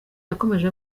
yakomeje